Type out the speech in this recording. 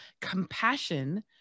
compassion